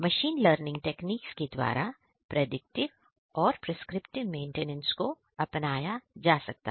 machine learning techniques के द्वारा predictive और प्रिसक्रिप्टिव मेंटेनेंस को अपनाया जा सकता है